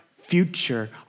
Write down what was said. future